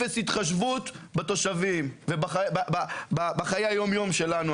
אפס התחשבות בתושבים ובחיי היום-יום שלנו,